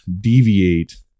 deviate